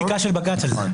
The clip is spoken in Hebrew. יש פסיקה של בג"ץ על זה.